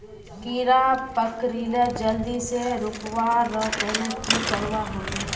कीड़ा पकरिले जल्दी से रुकवा र तने की करवा होबे?